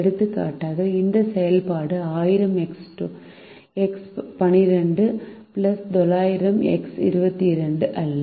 எடுத்துக்காட்டாக இந்த செயல்பாடு 1000 X12 900 X22 அல்ல